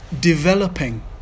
developing